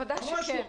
בוודאי שכן.